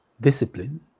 discipline